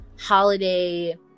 holiday